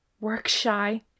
work-shy